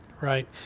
Right